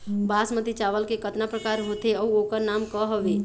बासमती चावल के कतना प्रकार होथे अउ ओकर नाम क हवे?